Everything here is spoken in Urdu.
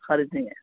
خریدنی ہے